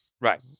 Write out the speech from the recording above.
Right